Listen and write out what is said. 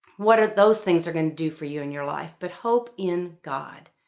what at those things are gonna do for you in your life, but hope in god.